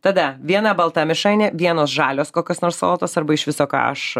tada viena balta mišrainė vienos žalios kokios nors salotos arba iš viso ką aš